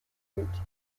route